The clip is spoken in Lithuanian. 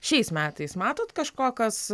šiais metais matot kažko kas